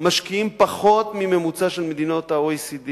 אנחנו משקיעים פחות מהממוצע של מדינות ה-OECD: